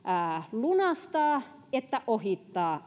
lunastaa että ohittaa